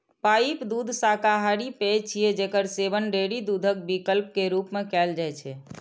pipe दूध शाकाहारी पेय छियै, जेकर सेवन डेयरी दूधक विकल्प के रूप मे कैल जाइ छै